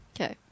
Okay